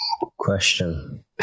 Question